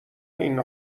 این